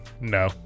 no